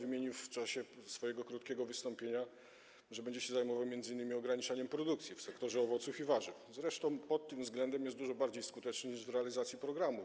Nadmienił on w czasie swojego krótkiego wystąpienia, że będzie się zajmować m.in. ograniczaniem produkcji w sektorze owoców i warzyw; zresztą pod tym względem jest dużo bardziej skuteczny niż w zakresie realizacji programu.